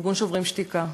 ארגון "שוברים שתיקה".